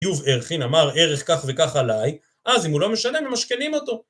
יוב ערכין אמר ערך כך וכך עליי, אז אם הוא לא משלם ממשכנים אותו.